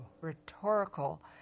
rhetorical